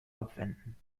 abwenden